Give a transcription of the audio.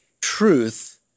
truth